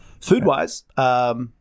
Food-wise